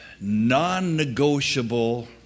non-negotiable